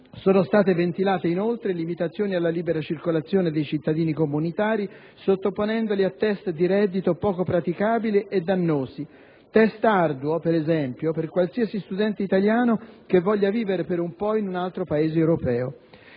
Sono state ventilate inoltre limitazioni alla libera circolazione dei cittadini comunitari sottoponendoli a test di reddito poco praticabili e dannosi (test arduo, per esempio, per qualsiasi studente italiano che voglia vivere per un po' in un altro Paese europeo).